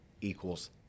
equals